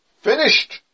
finished